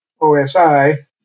OSI